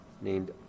named